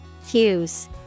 Fuse